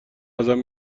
ازم